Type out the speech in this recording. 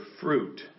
fruit